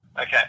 Okay